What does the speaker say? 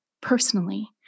personally